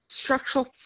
structural